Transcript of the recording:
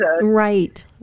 right